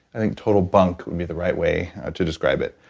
i think, total bunk, would be the right way to describe it.